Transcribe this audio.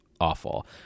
awful